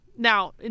Now